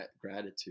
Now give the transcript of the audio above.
gratitude